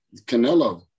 Canelo